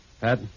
Pat